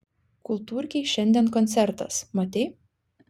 kultūrkėj šiandien koncertas matei